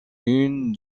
une